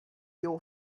your